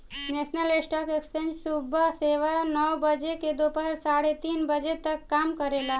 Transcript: national stock exchange सुबह सवा नौ बजे से दोपहर साढ़े तीन बजे तक काम करेला